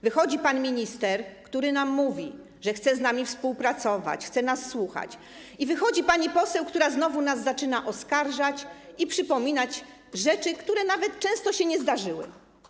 Wychodzi pan minister, który mówi nam, że chce z nami współpracować, chce nas słuchać, i wychodzi pani poseł, która znowu zaczyna nas oskarżać i przypominać rzeczy, które często nawet się nie zdarzyły.